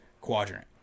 quadrant